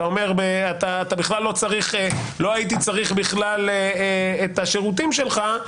אתה אומר שלא הייתי צריך בכלל את השירותים שלך,